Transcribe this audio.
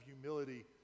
humility